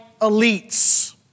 elites